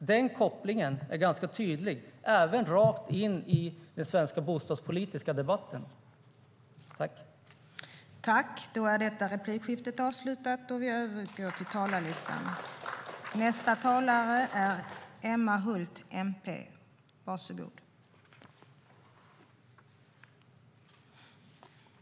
Den kopplingen är ganska tydlig även i den svenska bostadspolitiska debatten.